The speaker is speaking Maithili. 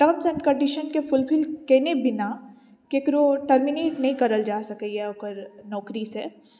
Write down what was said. टर्म्स एण्ड कन्डीशनके फुलफिल कयने बिना ककरो टर्मिनेट नहि कयल जा सकैए ओकर नौकरी से